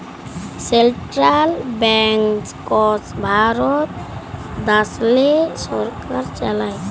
central banks Bharat দ্যাশেল্লে সরকার চালায়